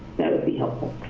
that would be helpful.